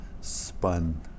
spun